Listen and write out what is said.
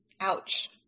Ouch